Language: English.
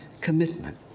commitment